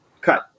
cut